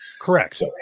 Correct